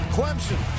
Clemson